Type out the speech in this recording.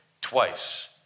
twice